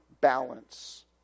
balance